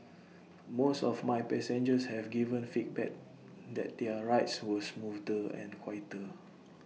most of my passengers have given feedback that their rides were smoother and quieter